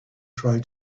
try